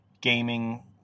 gaming